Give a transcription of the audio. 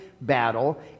battle